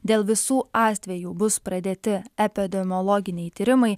dėl visų atvejų bus pradėti epidemiologiniai tyrimai